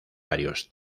varios